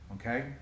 Okay